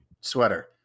sweater